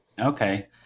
okay